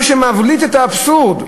מה שמבליט את האבסורד: